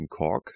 Kork